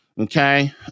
Okay